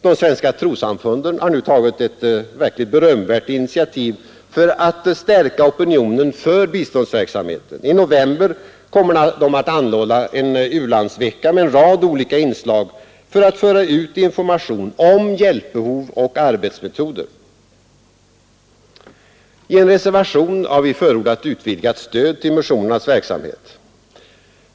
De svenska trossamfunden har nu tagit ett berömvärt initiativ för att stärka opinionen för biståndsverksamheten. I november kommer de att anordna en u-landsvecka med en rad olika inslag för att föra ut information om hjälpbehov och arbetsmetoder. I en reservation har vi förordat utvidgat stöd till missionernas verksamhet.